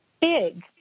big